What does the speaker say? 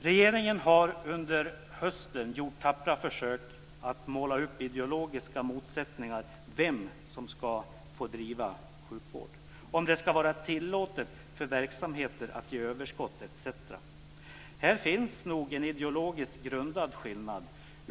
Regeringen har under hösten gjort tappra försök att måla upp ideologiska motsättningar om vem som ska få driva sjukvård, om det ska vara tillåtet för verksamheter att ge överskott etc. Här finns nog en ideologiskt grundad skillnad.